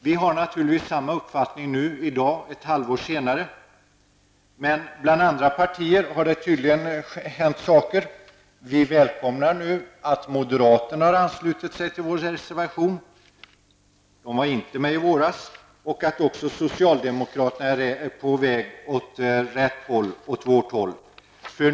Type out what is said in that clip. Vi har naturligtvis samma uppfattning i dag, ett halvår senare, men bland andra partier har det tydligen hänt saker. Vi välkomnar att moderaterna har anslutit sig till vår reservation -- de var inte med våras -- och att också socialdemokraterna är på väg åt rätt håll.